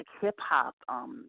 hip-hop